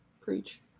Preach